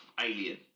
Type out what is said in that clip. Alien